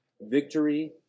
victory